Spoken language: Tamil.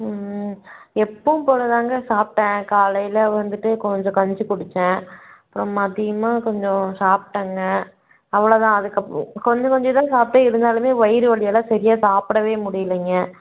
ம் எப்போவும் போல் தாங்க சாப்பிட்டேன் காலையில் வந்துட்டு கொஞ்சம் கஞ்சி குடித்தேன் அப்புறம் மதியம் கொஞ்சம் சாப்பிட்டங்க அவ்வளோ தான் அதுக்கப்புறம் கொஞ்சம் கொஞ்சம் தான் சாப்பிட்டேன் இருந்தாலும் வயிறு வலியால் சரியாக சாப்பிடவே முடியலைங்க